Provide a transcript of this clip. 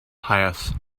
pious